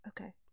okay